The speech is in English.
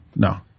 No